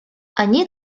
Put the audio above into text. они